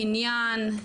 קניין,